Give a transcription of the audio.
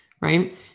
right